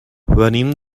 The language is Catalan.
venim